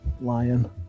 lion